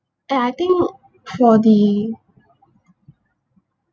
and I think for the